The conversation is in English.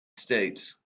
states